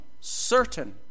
certain